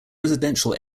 residential